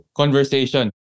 conversation